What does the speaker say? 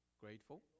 grateful